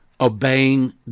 obeying